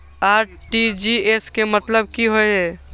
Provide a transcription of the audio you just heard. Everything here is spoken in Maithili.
आर.टी.जी.एस के मतलब की होय ये?